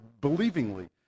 believingly